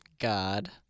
God